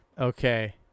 Okay